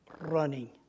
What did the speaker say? running